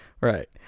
Right